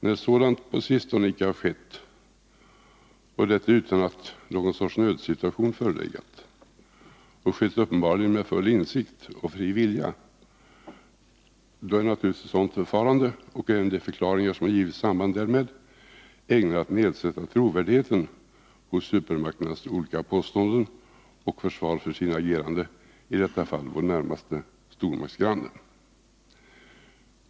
Då så på sistone icke har skett — och det utan att någon sorts nödsituation förelegat, och uppenbarligen med full insikt och fri vilja — är naturligtvis ett sådant förfarande och även de förklaringar som har givits i samband därmed ägnade att nedsätta trovärdigheten hos supermakternas olika påståenden och försvar för sina ageranden. I detta fall gäller det vår närmaste stormaktsgranne.